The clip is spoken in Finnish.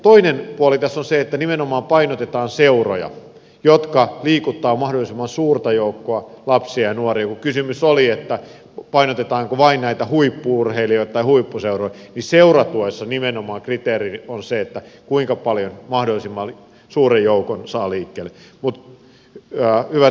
toinen puoli tässä on se että nimenomaan painotetaan seuroja jotka liikuttavat mahdollisimman suurta joukkoa lapsia ja nuoria ja kun kysymys oli painotetaanko vain näitä huippu urheilijoita tai huippuseuroja niin seuratuessa kriteeri on nimenomaan se että mahdollisimman suuren joukon saa liikkeelle